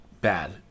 bad